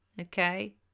Okay